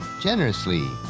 generously